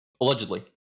Allegedly